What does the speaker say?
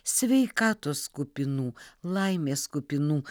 sveikatos kupinų laimės kupinų